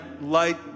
light